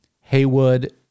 Haywood